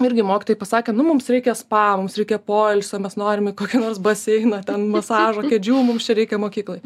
irgi mokytojai pasakė nu mums reikia spa mums reikia poilsio mes norime kokį nors baseiną ten masažą kėdžių mums čia reikia mokyklai